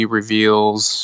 reveals